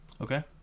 okay